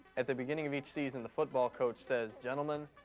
at the beginning of each season, the football coach says, gentlemen,